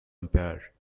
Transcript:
empire